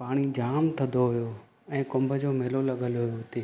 पाणी जाम थधो हुओ ऐं कुंभ जो मेलो लॻल हुओ हुते